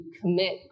commit